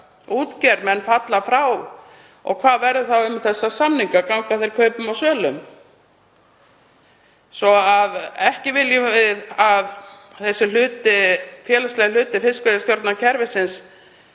útgerð, menn falla frá og hvað verður þá um þessa samninga? Ganga þeir kaupum og sölum? Ekki viljum við að þessi félagslegi hluti fiskveiðistjórnarkerfisins